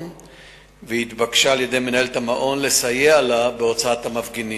והתבקשה על-ידי מנהלת המעון לסייע לה בהוצאת המפגינים,